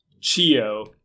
chio